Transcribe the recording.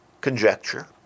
conjecture